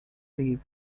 leave